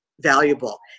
valuable